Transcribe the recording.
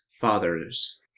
father's